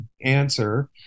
answer